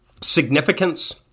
Significance